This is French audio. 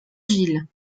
gilles